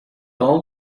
all